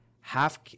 half